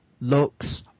looks